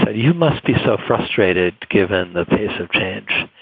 but you must be so frustrated given the pace of change.